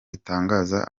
itangaza